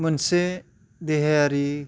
मोनसे देहायारि